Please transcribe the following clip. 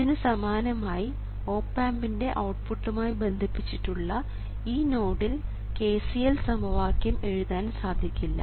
ഇതിനു സമാനമായി ഓപ് ആമ്പിൻറെ ഔട്ട്പുട്ടുമായി ബന്ധിപ്പിച്ചിട്ടുള്ള ഈ നോഡിൽ KCL സമവാക്യം എഴുതാൻ സാധിക്കില്ല